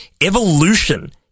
evolution